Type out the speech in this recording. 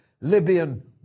Libyan